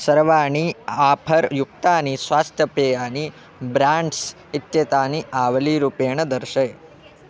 सर्वाणि आफर् युक्तानि स्वास्थ्यपेयानि ब्राण्ड्स् इत्येतानि आवलीरूपेण दर्शय